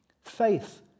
faith